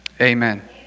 Amen